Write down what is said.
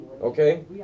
Okay